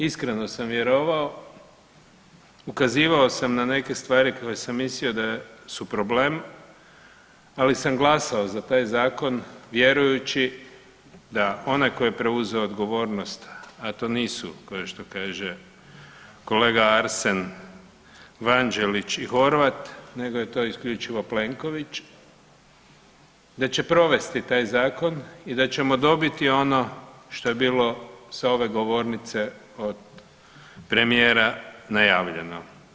Iskreno sam vjerovao, ukazivao sam na neke stvari koje sam mislio da su problem, ali sam glasao za taj zakon vjerujući da onaj tko je preuzeo odgovornost, a to nisu kao što kaže kolega Arsen Vanđelić i Horvat nego je to isključivo Plenković, da će provesti taj zakon i da ćemo dobiti ono što je bilo sa ove govornice od premijera najavljeno.